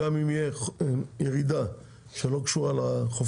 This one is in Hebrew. גם אם תהיה ירידה שלא קשורה לחופים